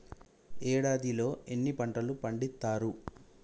ఏడాదిలో ఎన్ని పంటలు పండిత్తరు?